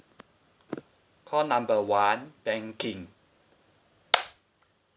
call number one banking